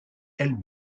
elles